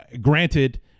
granted